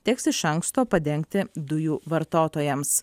teks iš anksto padengti dujų vartotojams